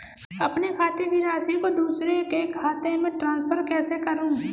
अपने खाते की राशि को दूसरे के खाते में ट्रांसफर कैसे करूँ?